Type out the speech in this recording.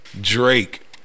Drake